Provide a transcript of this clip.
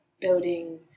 building